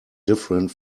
different